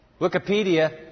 Wikipedia